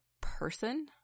person